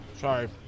Sorry